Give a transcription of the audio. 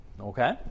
Okay